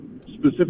specific